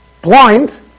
blind